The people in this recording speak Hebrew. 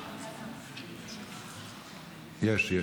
יש.